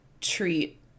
treat